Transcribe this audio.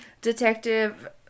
Detective